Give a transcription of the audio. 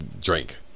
drink